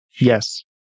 Yes